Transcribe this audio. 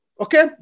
Okay